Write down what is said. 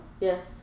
Yes